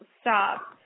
Stop